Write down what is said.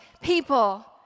people